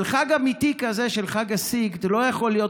אבל חג אמיתי כזה של חג הסיגד לא יכול להיות